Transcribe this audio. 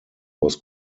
was